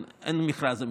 אין מכרז אמיתי.